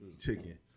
Chicken